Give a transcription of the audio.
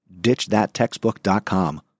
ditchthattextbook.com